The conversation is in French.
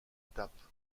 étape